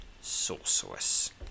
sorceress